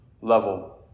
level